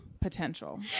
potential